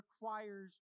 requires